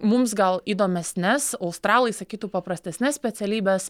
mums gal įdomesnes australai sakytų paprastesnes specialybes